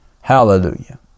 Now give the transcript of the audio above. Hallelujah